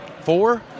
Four